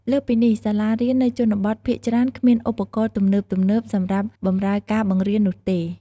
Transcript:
លើសពីនេះ សាលារៀននៅជនបទភាគច្រើន គ្មានឧបករណ៍ទំនើបៗ សម្រាប់បម្រើការបង្រៀននោះទេ។